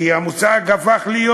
כי המושג הפך להיות,